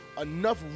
enough